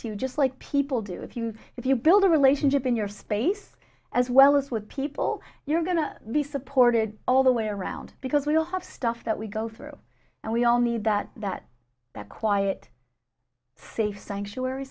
you just like people do if you if you build a relationship in your space as well as with people you're going to be supported all the way around because we all have stuff that we go through and we all need that that that quiet safe sanctuary